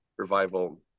revival